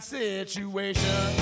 situation